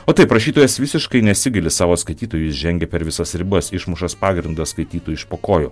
o taip rašytojas visiškai nesigaili savo skaitytojų jis žengia per visas ribas išmušąs pagrindą skaitytojui iš po kojų